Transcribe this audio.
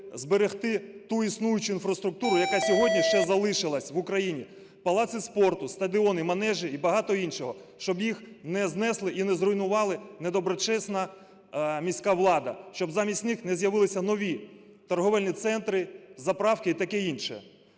зберегти ту існуючу інфраструктуру, яка сьогодні ще залишилася в Україні: палаци спорту, стадіони, манежі і багато іншого, – щоб їх не знесла і не зруйнувала недоброчесна міська влада, щоб замість них не з'явилися нові торговельні центри, заправки і таке інше.